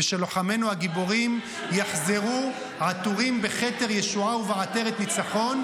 ושלוחמינו הגיבורים יחזרו עטורים בכתר ישועה ובעטרת ניצחון,